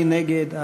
מי נגד?